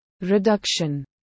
Reduction